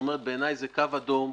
בעיניי זה קו אדום,